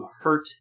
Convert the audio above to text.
hurt